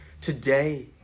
today